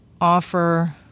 offer